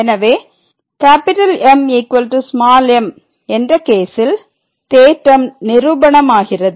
எனவே M m என்ற கேசில் தேற்றம் நிரூபணம் ஆகிறது